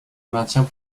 maintient